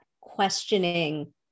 questioning